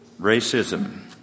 Racism